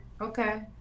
Okay